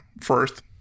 first